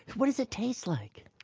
what does it taste like?